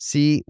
See